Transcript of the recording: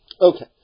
Okay